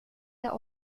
der